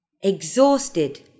Exhausted